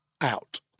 out